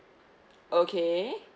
okay